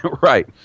Right